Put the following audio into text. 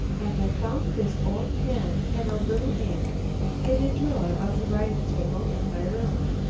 and i found this old pen and a little ink in a drawer of the writing table in my room.